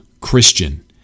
Christian